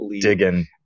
digging